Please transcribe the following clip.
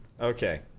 Okay